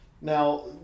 Now